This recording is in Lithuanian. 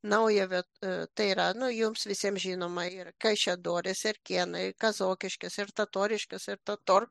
naują viet tai yra nu jums visiems žinoma ir kaišiadorys erkėnai kazokiškės ir totoriškės ir totor